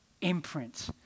imprint